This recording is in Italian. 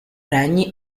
regni